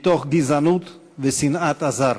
מתוך גזענות ושנאת הזר.